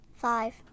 Five